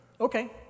Okay